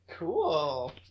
Cool